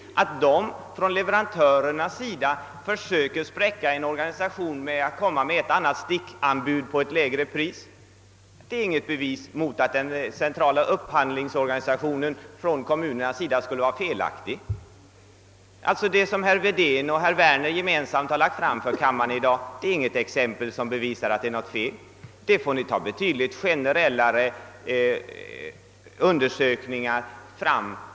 Att man från leverantörernas sida försöker spräcka en sådan organisation genom att lämna ett och annat stickanbud med lägre pris är inget bevis för att det skulle vara felaktigt att anlita kommunernas centrala upphandlingsorganisation. De exempel herr Wedén och herr Werner gemensamt lagt fram för kammaren i dag bevisar inte att det är något fel i organisationen. För att visa det måste ni framlägga betydligt generellare undersökningar.